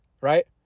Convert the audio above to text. right